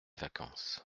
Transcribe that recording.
vacances